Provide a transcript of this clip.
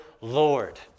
Lord